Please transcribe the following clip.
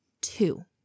Two